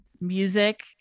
music